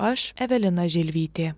aš evelina želvytė